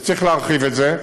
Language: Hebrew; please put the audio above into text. וצריך להרחיב את זה,